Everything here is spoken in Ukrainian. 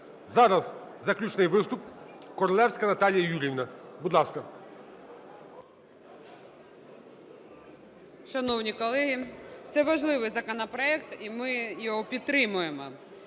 Зараз заключний виступ – Королевська Наталія Юріївна, будь ласка.